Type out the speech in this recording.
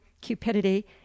cupidity